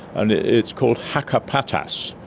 and it's called hakka patas.